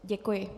Děkuji.